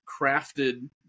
crafted